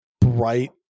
bright